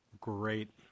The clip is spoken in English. great